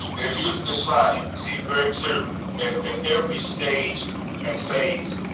if you look at this slide you can see very clearly at at every stage and phase,